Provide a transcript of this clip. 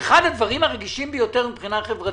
אחד הדברים הרגישים ביותר מבחינה חברתית,